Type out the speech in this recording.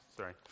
Sorry